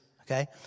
okay